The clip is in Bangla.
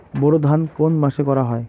বোরো ধান কোন মাসে করা হয়?